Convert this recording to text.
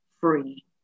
Free